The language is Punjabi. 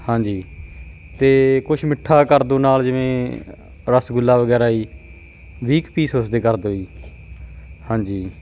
ਹਾਂਜੀ ਅਤੇ ਕੁਛ ਮਿੱਠਾ ਕਰ ਦਿਉ ਨਾਲ ਜਿਵੇਂ ਰਸਗੁੱਲਾ ਵਗੈਰਾ ਜੀ ਵੀਹ ਕੁ ਪੀਸ ਉਸਦੇ ਕਰ ਦਿਉ ਜੀ ਹਾਂਜੀ